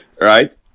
right